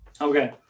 Okay